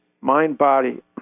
mind-body